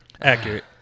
Accurate